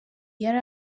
yari